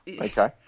okay